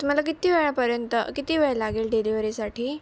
तुम्हाला किती वेळापर्यंत किती वेळ लागेल डिलीवरीसाठी